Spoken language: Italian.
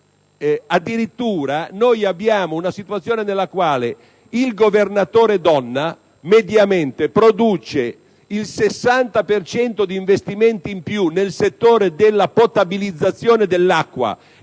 addirittura abbiamo una situazione nella quale il governatore donna mediamente produce il 60 per cento di investimenti in più nel settore della potabilizzazione dell'acqua